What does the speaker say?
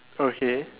okay